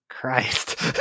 Christ